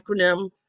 acronym